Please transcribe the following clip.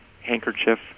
handkerchief